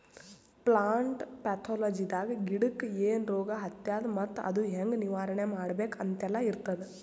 plant ಪ್ಯಾಥೊಲಜಿದಾಗ ಗಿಡಕ್ಕ್ ಏನ್ ರೋಗ್ ಹತ್ಯಾದ ಮತ್ತ್ ಅದು ಹೆಂಗ್ ನಿವಾರಣೆ ಮಾಡ್ಬೇಕ್ ಅಂತೆಲ್ಲಾ ಇರ್ತದ್